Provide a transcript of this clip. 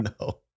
No